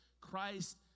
christ